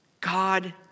God